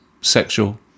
sexual